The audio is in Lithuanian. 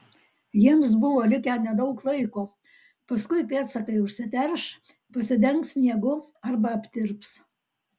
jiems buvo likę nedaug laiko paskui pėdsakai užsiterš pasidengs sniegu arba aptirps